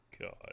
god